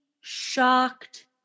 shocked